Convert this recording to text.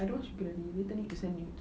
I don't want P_M him later need to send nudes